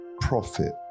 profit